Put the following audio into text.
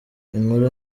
inkuru